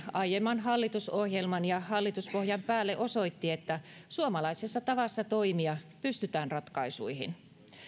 aiemman hallitusohjelman ja hallituspohjan päälle osoitti että suomalaisessa tavassa toimia pystytään ratkaisuihin